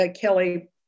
Kelly